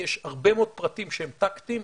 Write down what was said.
יש הרבה מאוד פרטים שהם טקטיים,